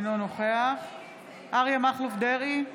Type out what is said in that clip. אינו נוכח אריה מכלוף דרעי,